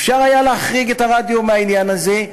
אפשר היה להחריג את הרדיו מהעניין הזה,